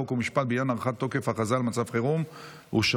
חוק ומשפט בדבר הארכת תוקף ההכרזה על מצב חירום נתקבלה.